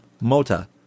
Mota